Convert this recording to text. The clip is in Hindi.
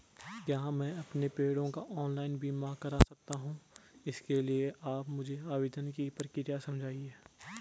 क्या मैं अपने पेड़ों का ऑनलाइन बीमा करा सकता हूँ इसके लिए आप मुझे आवेदन की प्रक्रिया समझाइए?